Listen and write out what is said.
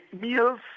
meals